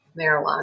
marijuana